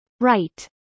Right